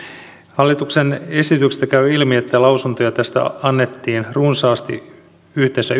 hallituksen esityksestä käy ilmi että lausuntoja tästä annettiin runsaasti yhteensä